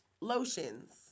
lotions